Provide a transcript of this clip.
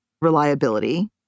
reliability